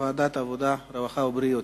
כהצעה לסדר-היום לוועדת העבודה, הרווחה והבריאות.